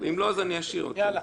מציע לפתוח את הדיון.